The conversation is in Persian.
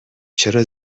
چرا